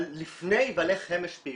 לפני ועל איך הן השפיעו.